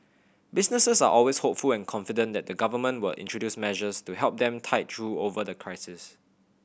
businesses are always hopeful and confident that the Government will introduce measures to help them tide through over the crisis